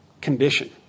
condition